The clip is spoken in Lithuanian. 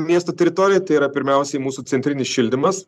miesto teritorijoj tai yra pirmiausiai mūsų centrinis šildymas